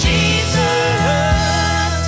Jesus